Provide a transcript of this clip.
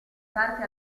parte